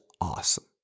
awesome